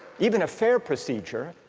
even a fair procedure,